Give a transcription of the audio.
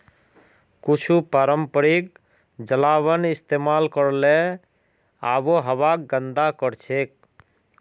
कुछू पारंपरिक जलावन इस्तेमाल करले आबोहवाक गंदा करछेक